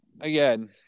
again